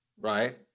right